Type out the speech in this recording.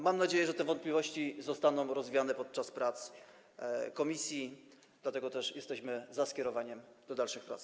Mam nadzieję, że te wątpliwości zostaną rozwiane podczas prac komisji, dlatego też jesteśmy za skierowaniem tego projektu do dalszych prac.